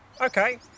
okay